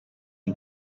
und